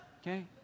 Okay